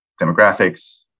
demographics